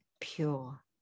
pure